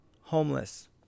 homeless